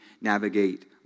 navigate